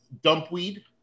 Dumpweed